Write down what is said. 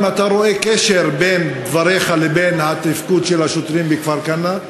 האם אתה רואה קשר בין דבריך לבין התפקוד של השוטרים בכפר-כנא,